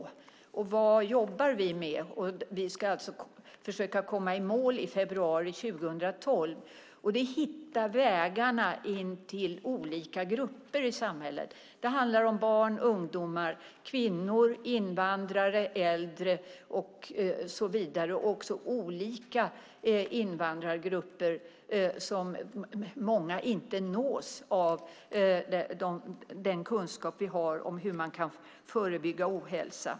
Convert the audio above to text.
Vad jobbar vi då med? Vi ska alltså försöka komma i mål i februari 2012 med att hitta vägarna in till olika grupper i samhället. Det handlar om barn, ungdomar, kvinnor, invandrare, äldre och så vidare och också olika invandrargrupper som ofta inte nås av den kunskap vi har om hur man kan förebygga ohälsa.